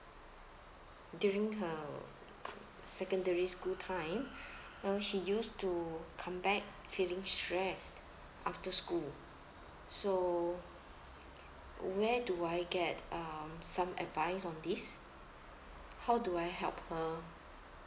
during her secondary school time uh she used to come back feeling stressed after school so where do I get um some advice on this how do I help her